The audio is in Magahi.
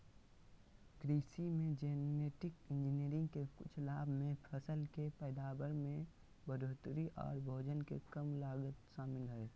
कृषि मे जेनेटिक इंजीनियरिंग के कुछ लाभ मे फसल के पैदावार में बढ़ोतरी आर भोजन के कम लागत शामिल हय